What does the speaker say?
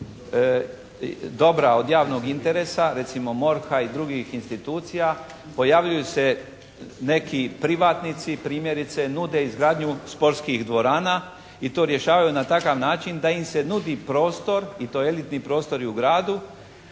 dobra od javnog interesa, recimo MORH-a i drugih institucija. Pojavljuju se neki privatnici, primjerice, nude izgradnju sportskih dvorana i to rješavaju na takav način da im se nudi prostor i to elitni prostori u gradu.